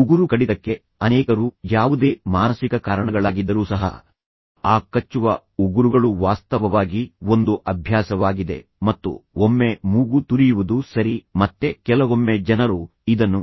ಉಗುರು ಕಡಿತಕ್ಕೆ ಅನೇಕರು ಯಾವುದೇ ಮಾನಸಿಕ ಕಾರಣಗಳಾಗಿದ್ದರು ಸಹ ಆ ಕಚ್ಚುವ ಉಗುರುಗಳು ವಾಸ್ತವವಾಗಿ ಒಂದು ಅಭ್ಯಾಸವಾಗಿದೆ ಮತ್ತು ಒಮ್ಮೆ ಮೂಗು ತುರಿಯುವುದು ಸರಿ ಮತ್ತೆ ಕೆಲವೊಮ್ಮೆ ಆಹ್ ಜನರು ಇದನ್ನು